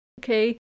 Okay